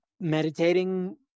meditating